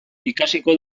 ikasiko